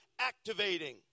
activating